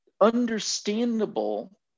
understandable